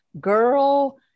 Girl